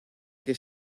que